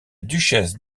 duchesse